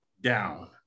down